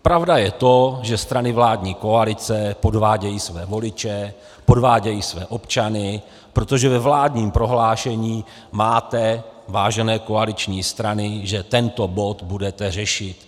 Pravda je to, že strany vládní koalice podvádějí své voliče, podvádějí své občany, protože ve vládním prohlášení máte, vážené koaliční strany, že tento bod budete řešit.